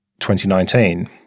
2019